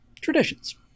traditions